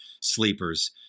sleepers